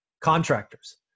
Contractors